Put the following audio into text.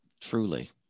Truly